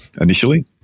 initially